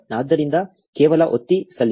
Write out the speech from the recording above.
ಆದ್ದರಿಂದ ಕೇವಲ ಒತ್ತಿ ಸಲ್ಲಿಸಿ